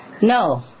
No